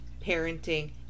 parenting